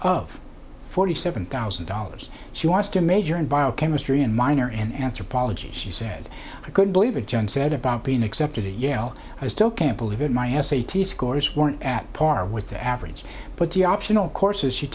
of forty seven thousand dollars she wants to major in biochemistry and minor an anthropology she said i couldn't believe it jen said about being accepted at yale i still can't believe it my s a t s scores weren't at par with the average but the optional courses she